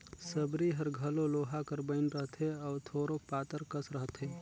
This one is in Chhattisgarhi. सबरी हर घलो लोहा कर बइन रहथे अउ थोरोक पातर कस रहथे